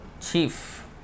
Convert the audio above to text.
Chief